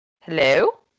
Hello